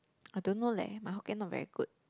I don't know leh my hokkien not very good